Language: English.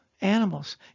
animals